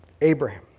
Abraham